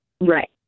Right